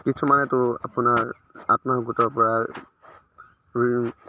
কিছুমানেতো আপোনাৰ আত্মসহায়ক গোটৰ পৰা ৰুই ৰুই